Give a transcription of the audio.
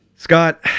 Scott